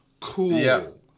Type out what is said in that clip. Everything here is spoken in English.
Cool